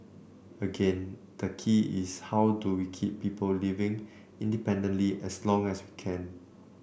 again the key is how do we keep people living independently as long as we can